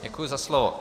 Děkuji za slovo.